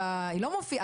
היא לא מופיעה,